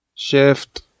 Shift